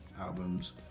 albums